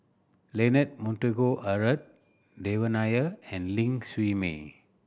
Leonard Montague Harrod Devan Nair and Ling Siew May